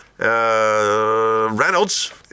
Reynolds